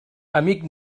amic